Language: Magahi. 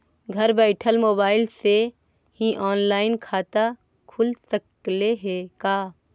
घर बैठल मोबाईल से ही औनलाइन खाता खुल सकले हे का?